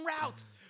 routes